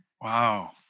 Wow